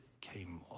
came